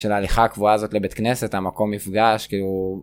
של ההליכה הקבועה הזאת לבית כנסת המקום מפגש כי הוא..